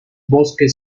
bosque